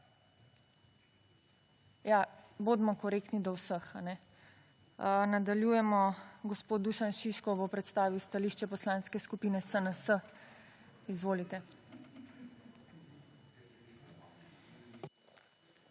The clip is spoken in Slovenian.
Ja, bodimo korektni do vseh, kajne? Nadaljujemo, gospod Dušan Šiško bo predstavil stališče Poslanske skupine SNS. Izvolite.